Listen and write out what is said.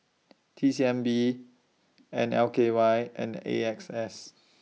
T C M B L K Y and A X S